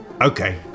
Okay